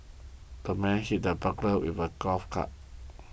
the man hit the burglar with a golf club